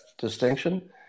distinction